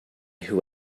who